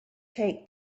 take